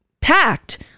packed